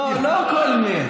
לא, לא כל מת.